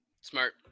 Smart